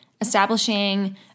establishing